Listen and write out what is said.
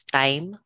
time